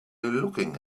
looking